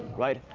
right?